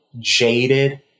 jaded